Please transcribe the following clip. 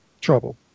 trouble